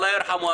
אללה ירחמו,